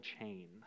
chain